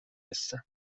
هستم